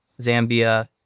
Zambia